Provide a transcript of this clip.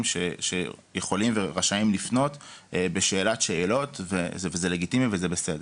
שיכולים ורשאים לפנות בשאילת שאלות וזה לגיטימי וזה בסדר.